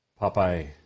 Popeye